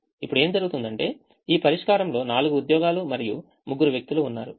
ఇప్పుడు ఏమి జరుగుతుందంటే ఈ పరిష్కారంలో 4 ఉద్యోగాలు మరియు 3 ముగ్గురు వ్యక్తులు ఉన్నారు